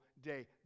day